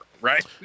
right